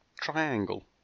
triangle